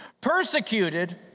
Persecuted